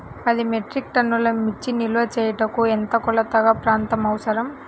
పది మెట్రిక్ టన్నుల మిర్చి నిల్వ చేయుటకు ఎంత కోలతగల ప్రాంతం అవసరం?